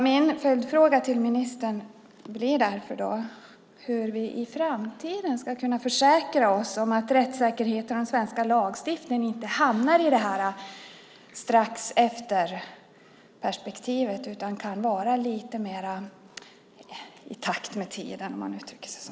Min följdfråga till ministern blir därför hur vi i framtiden ska kunna försäkra oss om att rättssäkerheten och den svenska lagstiftningen inte hamnar i detta strax-efter-perspektiv utan kan vara lite mer i takt med tiden, om man uttrycker sig så.